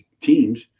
teams